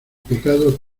pecado